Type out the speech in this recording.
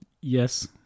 yes